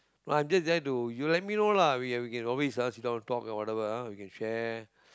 I just there to you let me know lah we can we can always just sit down talk whatever ah we can share